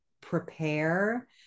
prepare